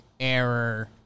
Error